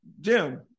Jim